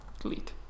Delete